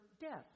death